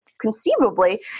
conceivably